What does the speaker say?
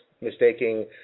mistaking